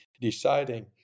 deciding